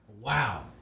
Wow